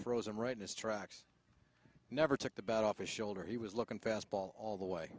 frozen rightness tracks never took the bat off his shoulder he was looking fastball all the way